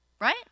Right